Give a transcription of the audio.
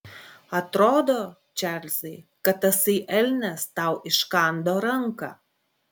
atrodo čarlzai kad tasai elnias tau iškando ranką